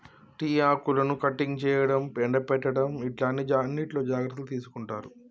tea ఆకులను cutting చేయడం, ఎండపెట్టడం ఇట్లా అన్నిట్లో జాగ్రత్తలు తీసుకుంటారు